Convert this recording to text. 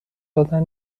دادن